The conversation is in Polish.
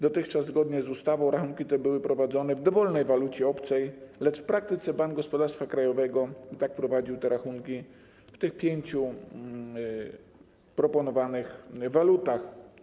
Dotychczas zgodnie z ustawą rachunki te były prowadzone w dowolnej walucie obcej, lecz w praktyce Bank Gospodarstwa Krajowego i tak prowadził te rachunki w tych pięciu proponowanych walutach.